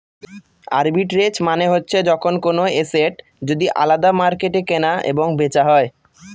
arbitrage মানে হচ্ছে যখন কোনো এসেট যদি আলাদা মার্কেটে কেনা এবং বেচা হয়